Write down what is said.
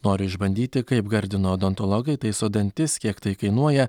noriu išbandyti kaip gardino odontologai taiso dantis kiek tai kainuoja